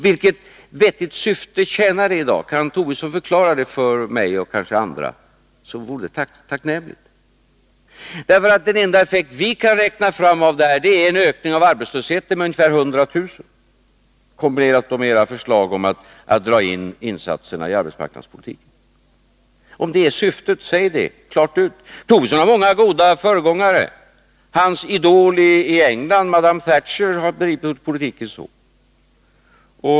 Vilket vettigt syfte tjänar detta i dag? Kan Lars Tobisson förklara det för mig och andra vore det tacknämligt. Den enda effekt vi kan räkna fram av detta förslag, kombinerat med era förslag om att dra in insatserna i arbetsmarknadspolitiken, är en ökning av antalet arbetslösa med ungefär 100 000. Om det är syftet, så säg det klart ut! Lars Tobisson har många goda föregångare. Hans idol i England, madam Thatcher, har drivit politiken så.